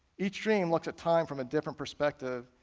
each dream looks at time from a different perspective,